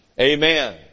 amen